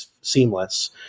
seamless